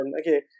Okay